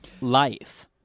life